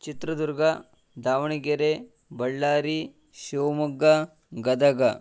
Chitradurga Davanagere Ballari Shivamogga Gadag